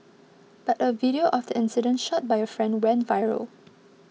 but a video of the incident shot by a friend went viral